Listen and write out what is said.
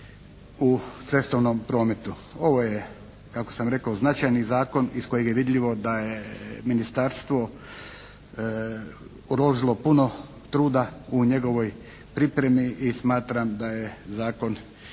u cestovnom prometu. Ovo je kako sam rekao značajni zakon iz kojeg je vidljivo da je Ministarstvo uložilo puno truda u njegovoj pripremi i smatram da je zakon